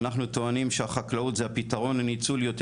אנחנו טוענים שהחקלאות זה הפתרון לניצול יותר